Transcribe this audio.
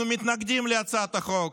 אנחנו מתנגדים להצעת החוק,